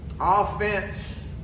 Offense